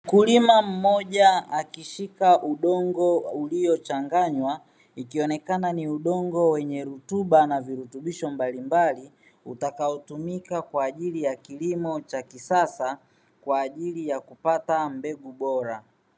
Mkulima mmoja akishika udongo uliochanganywa ikionekana ni udongo wenye rutuba na virutubisho mbalimbali, utakaotumika kwa ajili ya kilimo cha kisasa kwa ajili ya kupata mbegu bora.